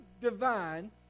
divine